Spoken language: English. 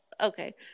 Okay